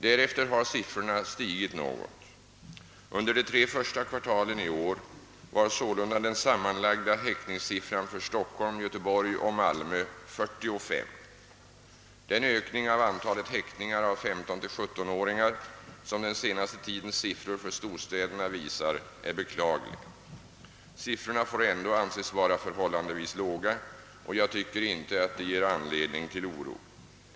Därefter har siffrorna stigit något. Under de tre första kvartalen i år var sålunda den sam manlagda häktningssiffran för Stockholm, Göteborg och Malmö 45. Den ökning av antalet häktningar av 15—17 åringar, som den senaste tidens siffror för storstäderna visar, är beklaglig. Siffrorna får ändå anses vara förhållandevis låga, och jag tycker inte att de ger anledning till oro.